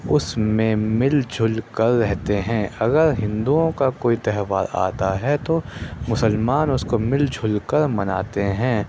اس میں مل جل کر رہتے ہیں اگر ہندوؤں کا کوئی تہوار آتا ہے تو مسلمان اس کو مل جل کر مناتے ہیں